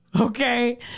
Okay